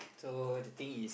so the thing is